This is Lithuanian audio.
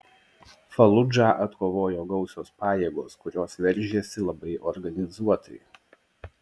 faludžą atkovojo gausios pajėgos kurios veržėsi labai organizuotai